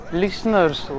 listeners